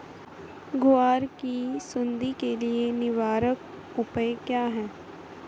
ग्वार की सुंडी के लिए निवारक उपाय क्या है?